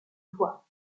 voit